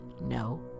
no